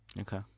Okay